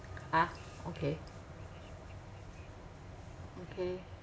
!huh! okay okay